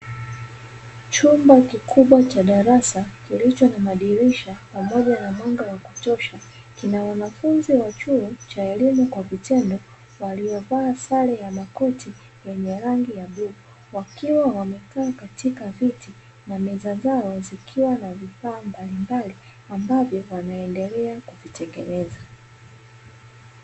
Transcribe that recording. Chumba kikubwa cha darasa kilicho na madirisha pamoja na mwanga wa kutosha, kina wanafunzi wa chuo cha elimu kwa vitendo; waliovaa sare ya makoti yenye rangi ya bluu, wakiwa wamekaa katika viti na meza zao zikiwa na vifaa mbalimbali ambavyo wanaendelea kuvitengeneza.